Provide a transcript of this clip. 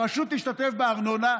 הרשות תשתתף בארנונה,